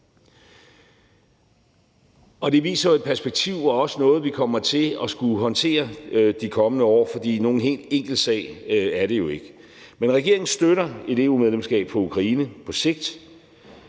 Det viser jo et perspektiv, og det er også noget, vi kommer til at skulle håndtere de kommende år, for nogen helt enkelt sag er det ikke. Men regeringen støtter et EU-medlemskab for Ukraine på sigt